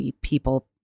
people